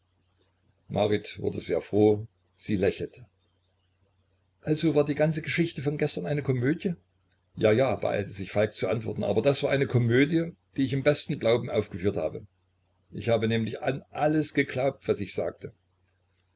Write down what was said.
marit wurde sehr froh sie lächelte also war die ganze geschichte von gestern eine komödie ja ja beeilte sich falk zu antworten aber das war eine komödie die ich im besten glauben aufgeführt habe ich habe nämlich an alles geglaubt was ich sagte